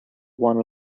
one